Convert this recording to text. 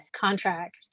contract